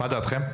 מה דעתכם?